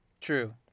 True